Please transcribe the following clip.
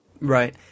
right